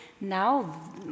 Now